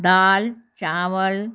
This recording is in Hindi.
दाल चावल